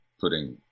putting